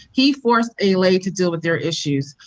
he forced ala to deal with their issues.